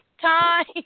time